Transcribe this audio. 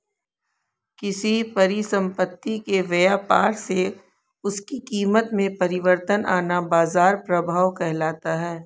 किसी परिसंपत्ति के व्यापार से उसकी कीमत में परिवर्तन आना बाजार प्रभाव कहलाता है